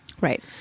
Right